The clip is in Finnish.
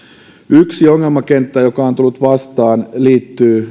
yksi ongelmakenttä joka on tullut vastaan liittyy